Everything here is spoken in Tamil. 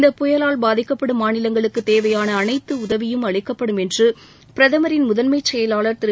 இந்தப் புயலால் பாதிக்கப்படும் மாநிலங்களுக்கு தேவையாள அனைத்து மத்திய உதவியும் அளிக்கப்படும் என்று பிரதமரின் முதன்மம் செயவாளர் திரு